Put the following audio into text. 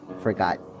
forgot